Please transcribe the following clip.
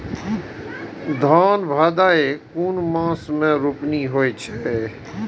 धान भदेय कुन मास में रोपनी होय छै?